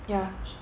ya